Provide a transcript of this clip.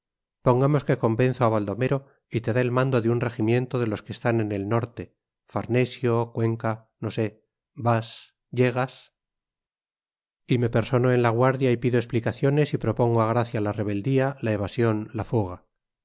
pongamos que convenzo a baldomero y te da el mando de un regimiento de los que están en el norte farnesio cuenca no sé vas llegas y me persono en la guardia y pido explicaciones y propongo a gracia la rebeldía la evasión la fuga